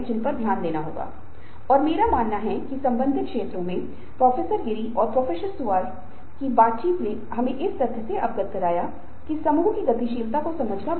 उदाहरण के लिए एक व्यक्ति की उपलब्धि की इच्छा को एक पसंदीदा लक्ष्य प्राप्त करने से प्राप्त संतुष्टि के द्वारा शोक गीत गाने वाला कीनर Keener बनाया जा सकता है या यह विफलता से सुस्त हो सकता है